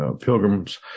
pilgrims